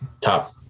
top